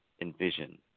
envision